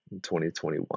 2021